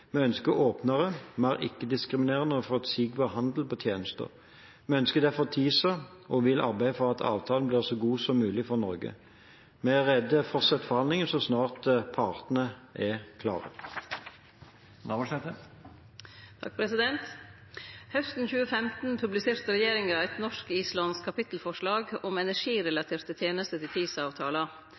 Vi ønsker åpnere, mer ikke-diskriminerende og forutsigbar handel med tjenester. Vi ønsker derfor TISA og vil arbeide for at avtalen blir så god som mulig for Norge. Vi er rede til å fortsette forhandlingene så snart partene er klare. Hausten 2015 publiserte regjeringa eit norsk-islandsk kapittelforslag til TISA-avtala om energirelaterte